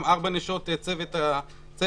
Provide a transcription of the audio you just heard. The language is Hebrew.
גם ארבע נשות צוות הגן,